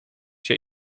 się